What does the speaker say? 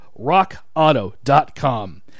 rockauto.com